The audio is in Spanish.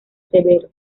severo